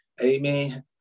Amen